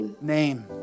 name